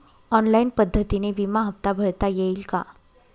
Online पद्धतीने विमा हफ्ता भरता येईल का?